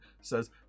says